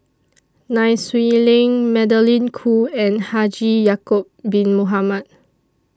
Nai Swee Leng Magdalene Khoo and Haji Ya'Acob Bin Mohamed